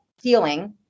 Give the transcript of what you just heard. ceiling